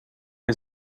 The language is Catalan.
que